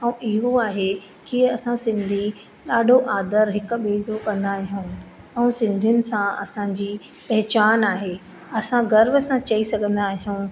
ऐं इहो आहे की असां सिंधी ॾाढो आदरु हिक ॿिए जो कंदा आहियूं ऐं सिंधियुनि सां असांजी पहिचानु आहे असां गर्व सां चई सघंदा आहियूं